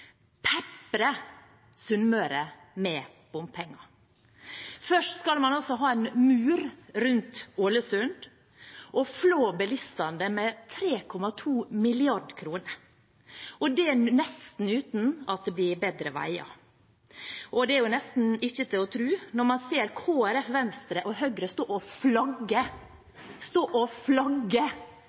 med bompenger. Først skal man ha en mur rundt Ålesund og flå bilistene med 3,2 mrd. kr, og det nesten uten at det blir bedre veier. Det er nesten ikke til å tro når man ser Kristelig Folkeparti, Venstre og Høyre stå og flagge – stå og flagge